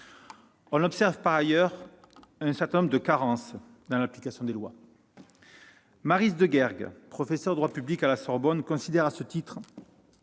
On observe par ailleurs un certain nombre de carences dans l'application des lois. Maryse Deguergue, professeur de droit public à l'université